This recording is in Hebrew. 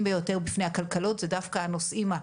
ביותר בפני הכלכלות אלו דווקא הנושאים,